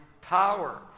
power